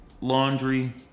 laundry